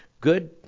good